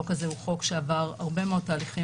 החוק הזה הוא חוק שעבר הרבה מאוד תהליכים